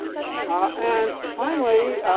ah and finally,